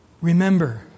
remember